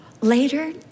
later